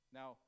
now